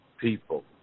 people